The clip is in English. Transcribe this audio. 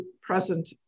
present